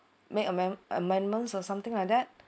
make amend~ amendments or something like that